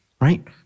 right